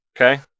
Okay